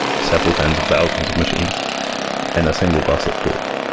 several tens of thousands of machines in a single gossip pool.